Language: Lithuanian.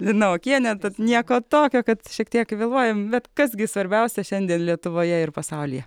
lina okienė tad nieko tokio kad šiek tiek vėluojam bet kas gi svarbiausia šiandien lietuvoje ir pasaulyje